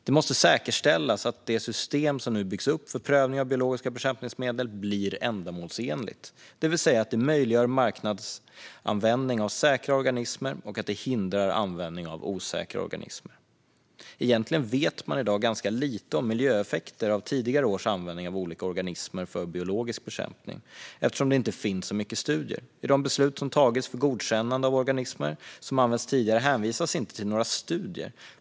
Det måste säkerställas att det system som nu byggs upp för prövning av biologiska bekämpningsmedel blir ändamålsenligt, det vill säga att det möjliggör marknadsanvändning av säkra organismer och hindrar användning av osäkra organismer. Egentligen vet man i dag ganska lite om miljöeffekter av tidigare års användning av olika organismer för biologisk bekämpning eftersom det inte finns så mycket studier. I de beslut som tagits för godkännande av organismer som har använts tidigare hänvisas inte till några studier.